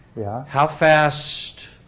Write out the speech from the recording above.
yeah. how fast